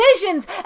visions